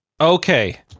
okay